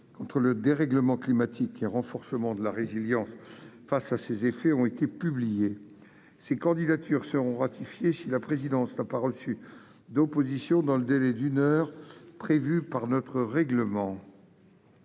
contre le dérèglement climatique et renforcement de la résilience face à ses effets ont été publiées. Ces candidatures seront ratifiées si la présidence n'a pas reçu d'opposition dans le délai d'une heure prévu par notre règlement.